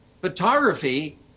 Photography